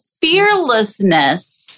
fearlessness